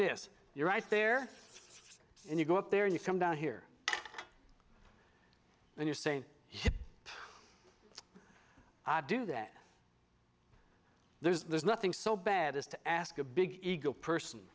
this you're right there and you go up there and you come down here and you're saying i do that there's nothing so bad as to ask a big eagle person